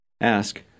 Ask